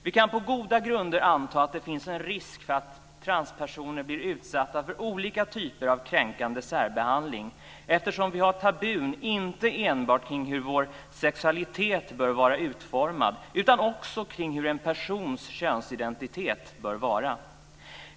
Vi kan på goda grunder anta att det finns en risk för att transpersoner blir utsatta för olika typer av kränkande särbehandling eftersom vi har tabun inte enbart kring hur vår sexualitet bör vara utformad utan också kring hur en persons könsidentitet bör vara.